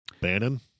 Bannon